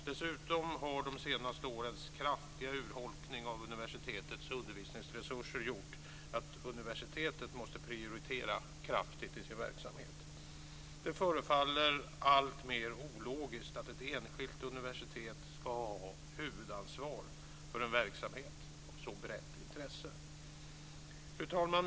Dessutom har den kraftiga urholkningen under de senaste åren av universitetets undervisningsresurser gjort att universitetet måste prioritera kraftigt i sin verksamhet. Det förefaller alltmer ologiskt att ett enskilt universitet ska ha huvudansvaret för en verksamhet av så brett intresse. Fru talman!